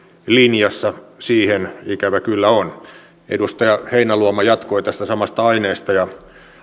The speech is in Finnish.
linjassa sen kanssa ikävä kyllä on edustaja heinäluoma jatkoi tästä samasta aiheesta ja